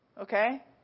okay